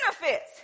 benefits